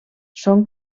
són